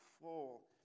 full